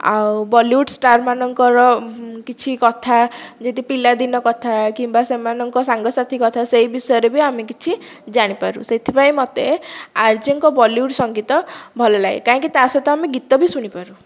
ଆଉ Bollywood star ମାନଙ୍କର କିଛି କଥା ଯେମିତି ପିଲାଦିନ କଥା କିମ୍ବା ସେମାନଙ୍କ ସାଙ୍ଗସାଥି କଥା ସେହି ବିଷୟରେ ବି ଆମେ କିଛି ଜାଣିପାରୁ ସେଥିପାଇଁ ମୋତେ ଆର୍ ଜେ ଙ୍କ ବଲିଉଡ଼ ସଙ୍ଗୀତ ଭଲ ଲାଗେ କାହିଁକି ତା ସହିତ ଆମେ ଗୀତ ବି ଶୁଣିପାରୁ